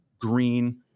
green